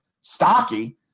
stocky